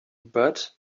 but